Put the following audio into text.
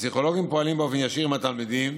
הפסיכולוגים פועלים באופן ישיר עם התלמידים